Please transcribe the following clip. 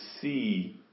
see